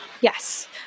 Yes